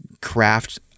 craft